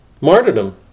martyrdom